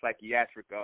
psychiatric